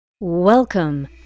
Welcome